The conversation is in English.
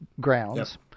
grounds